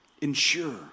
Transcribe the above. ensure